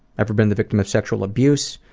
ever been the victim of sexual abuse?